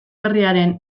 herriaren